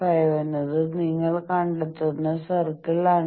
5 എന്നത് നിങ്ങൾ കണ്ടെത്തുന്ന സർക്കിളാണ്